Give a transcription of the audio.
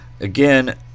Again